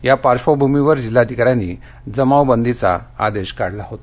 या पार्श्वभूमीवर जिल्हाधिकाऱ्यानी जमाव बंदीचा आदेश काढला होता